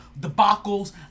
debacles